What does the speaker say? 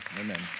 Amen